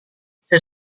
saya